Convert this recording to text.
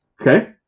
Okay